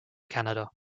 canada